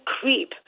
creep